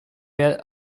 were